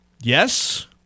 Yes